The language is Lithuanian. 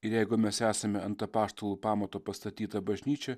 ir jeigu mes esame ant apaštalų pamato pastatyta bažnyčia